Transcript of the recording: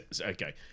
Okay